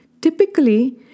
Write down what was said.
Typically